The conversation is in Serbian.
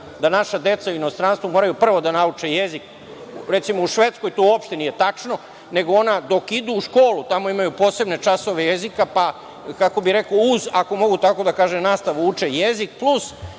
da naša deca u inostranstvu prvo moraju da nauče jezik. Recimo, u Švedskoj to uopšte nije tačno, nego ona dok idu u školu tamo imaju posebne časove jezika, pa uz, ako mogu tako da kažem, nastavu uče jezik, plus